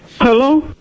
Hello